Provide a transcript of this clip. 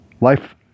Life